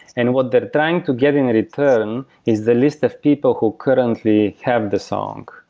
and what they're trying to get in return is the list of people who currently have the song.